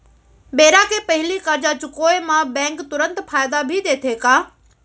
बेरा के पहिली करजा चुकोय म बैंक तुरंत फायदा भी देथे का?